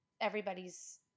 everybody's